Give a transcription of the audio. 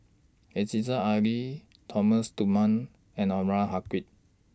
Aziza Ali Thomas Dunman and Anwarul Haque